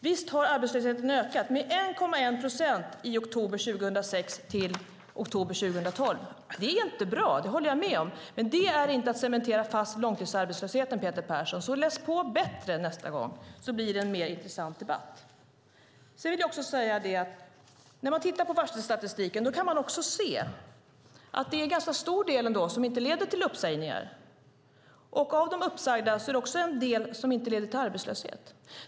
Visst har arbetslösheten ökat med 1,1 procent från oktober 2006 till oktober 2012. Det är inte bra. Det håller jag med om. Men det är inte att cementera fast långtidsarbetslösheten, Peter Persson. Läs därför på bättre nästa gång. Då blir det en intressantare debatt. När man tittar på varselstatistiken kan man också se att det är en ganska stor del av varslen som inte leder till uppsägningar. Av uppsägningarna är det också en del som inte leder till arbetslöshet.